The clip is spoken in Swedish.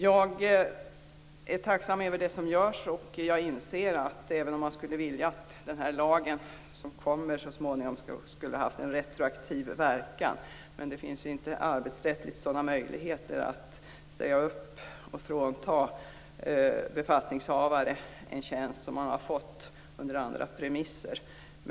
Jag är tacksam över det som görs. Även om jag skulle vilja att lagen som kommer så småningom skulle ha haft en retroaktiv verkan inser jag att det arbetsrättsligt inte finns möjlighet att säga upp befattningshavare och frånta dem tjänster som de har fått under andra premisser.